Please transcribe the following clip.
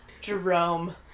Jerome